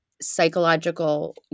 psychological